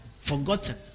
forgotten